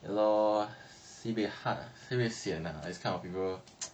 sibeh sian lah this kind of people